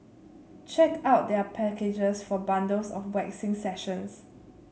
check out their packages for bundles of waxing sessions